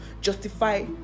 justify